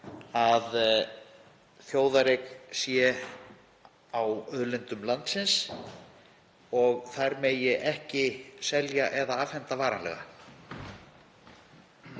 að þjóðareign sé á auðlindum landsins og þær megi ekki selja eða afhenda varanlega.